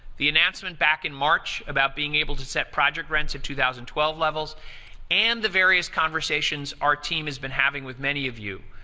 the announcement back in march about being able to set project rents in two thousand and twelve levels and the various conversations our team has been having with many of you,